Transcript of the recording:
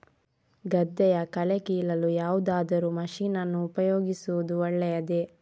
ಗದ್ದೆಯ ಕಳೆ ಕೀಳಲು ಯಾವುದಾದರೂ ಮಷೀನ್ ಅನ್ನು ಉಪಯೋಗಿಸುವುದು ಒಳ್ಳೆಯದೇ?